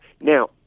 Now